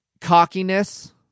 cockiness